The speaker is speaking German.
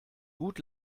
gut